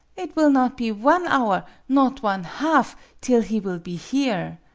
it will not be one hour not one half till he will be here.